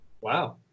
Wow